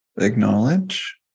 acknowledge